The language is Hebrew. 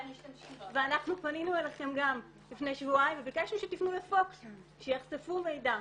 ואנחנו פנינו אליכם גם לפני שבועיים וביקשנו שתפנו לפוקס שיחשפו מידע.